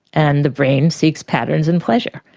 and the brain seeks patterns and pleasure.